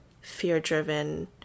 fear-driven